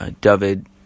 David